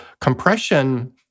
compression